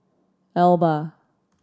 Alba